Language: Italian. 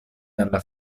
dalla